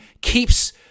keeps